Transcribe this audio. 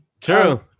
True